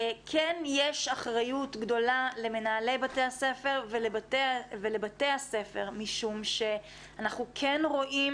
כן יש אחריות גדולה למנהלי בתי הספר ולבתי הספר משום שאנחנו כן רואים